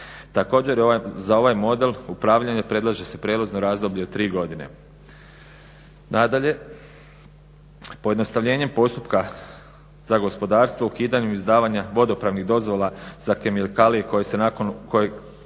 Također za ovaj model upravljanje predlaže se prijelazno razdoblje od tri godine. Nadalje, pojednostavljenjem postupka za gospodarstvo, ukidanjem izdavanja vodopravnih dozvola za kemikalije koje se nakon,